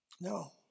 No